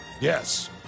yes